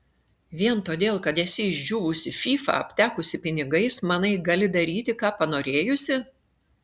vien todėl kad esi išdžiūvusi fyfa aptekusi pinigais manai gali daryti ką panorėjusi